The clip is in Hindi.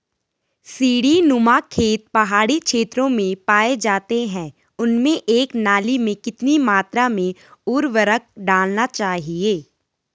सीड़ी नुमा खेत पहाड़ी क्षेत्रों में पाए जाते हैं उनमें एक नाली में कितनी मात्रा में उर्वरक डालना चाहिए?